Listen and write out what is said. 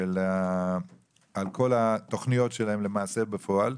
על כל התוכניות שלהם למעשה בפועל.